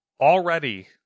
Already